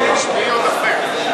את תשמעי עוד הרבה.